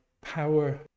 power